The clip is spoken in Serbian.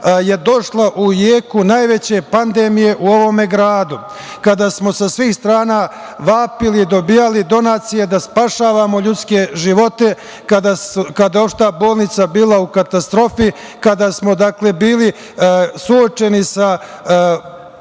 je došla u jeku najveće pandemije u ovome gradu. Kada smo sa svih strana vapili, dobijali donacije da spašavamo ljudske živote, kada je Opšta bolnica bila u katastrofi, kada smo bili suočeni sa